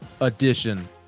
edition